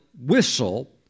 whistle